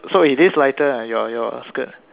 so it is lighter ah your your skirt